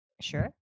Sure